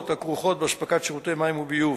הכרוכות באספקת שירותי מים וביוב.